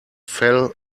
fell